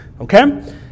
Okay